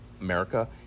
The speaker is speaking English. america